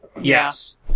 Yes